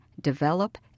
develop